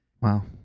Wow